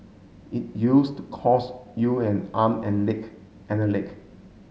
it used to cost you an arm and leg and a leg